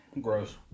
Gross